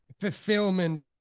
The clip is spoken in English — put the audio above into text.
fulfillment